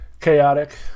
Chaotic